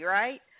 right